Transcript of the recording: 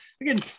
again